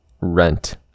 rent